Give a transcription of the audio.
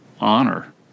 honor